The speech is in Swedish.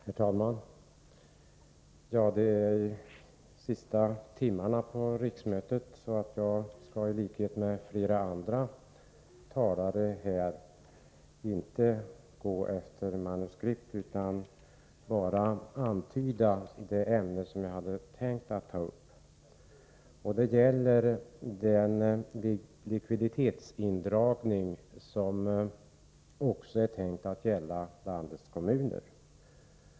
Herr talman! Det är sista timmarna på riksmötet, och jag skall i likhet med flera andra här inte tala efter manuskript utan bara antyda det ämne jag hade avsett ta upp. Det gäller den likviditetsindragning som också är tänkt att gälla landets kommuner.